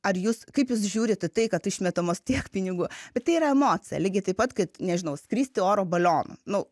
ar jūs kaip jūs žiūrit į tai kad išmetamos tiek pinigų bet tai yra emocija lygiai taip pat kad nežinau skristi oro balionu nu